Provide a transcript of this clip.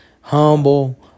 humble